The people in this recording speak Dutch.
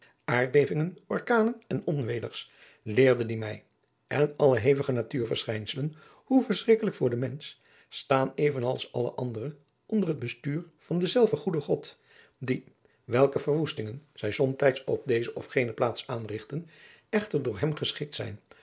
aardbevingen orkanen en onweders leerde die mij en alle hevige natuurverschijnsels hoe verschrikkelijk voor den mensch staan even als alle andere onder het bestuur van denzelfden goeden god die welke verwoestingen zij somtijds op deze of gene plaats aanrigten echter door hem geschikt zijn